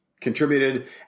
contributed